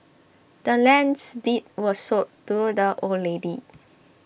the land's deed was sold to the old lady